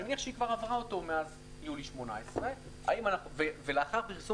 אני מניח שהיא כבר עברה אותו מאז יולי 2018. ולאחר פרסום